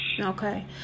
okay